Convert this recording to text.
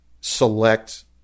select